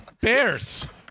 Bears